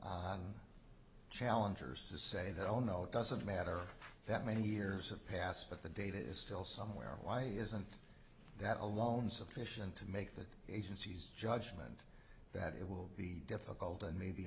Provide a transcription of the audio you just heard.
on challengers to say that oh no it doesn't matter that many years have passed but the data is still somewhere why isn't that alone sufficient to make the agency's judgment that it will be difficult and maybe